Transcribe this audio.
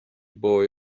boy